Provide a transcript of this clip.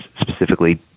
specifically